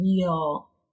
real